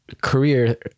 career